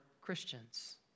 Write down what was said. Christians